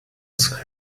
sein